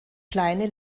kleine